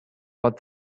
but